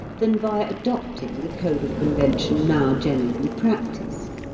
than by adopting the code of convention now generally practised.